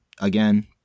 again